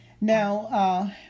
Now